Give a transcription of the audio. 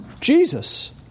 Jesus